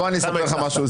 אז בוא אני אספר לך משהו.